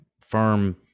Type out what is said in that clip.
firm